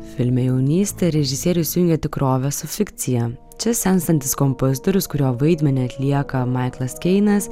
filme jaunystė režisierius jungia tikrovę su fikcija čia senstantis kompozitorius kurio vaidmenį atlieka maiklas keinas